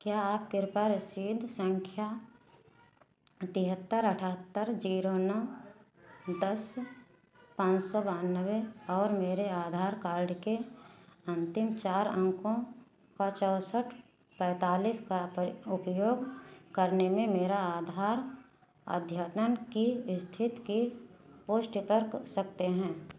क्या आप कृपया रसीद संख्या तिहत्तर अठहत्तर जीरो नौ दस पाँच सौ बानवे और मेरे आधार कार्ड के अंतिम चार अंकों चौसठ पैंतालीस का उपयोग करने में मेरा आधार अद्यतन की स्थिति की पुष्टि कर सकते हैं